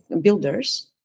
builders